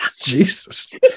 Jesus